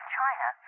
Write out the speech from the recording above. China